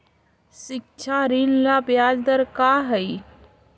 शिक्षा ऋण ला ब्याज दर का हई?